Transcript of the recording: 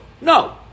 No